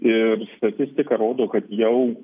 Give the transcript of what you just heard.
ir statistika rodo kad jau